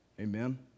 Amen